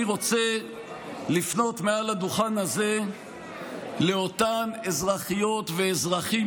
אני רוצה לפנות מעל הדוכן הזה לאותם אזרחיות ואזרחים